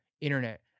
internet